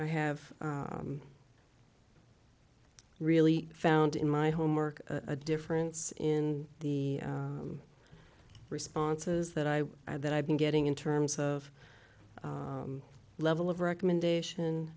i have i really found in my homework a difference in the responses that i that i've been getting in terms of level of recommendation